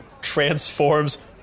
transforms